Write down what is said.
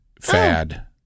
fad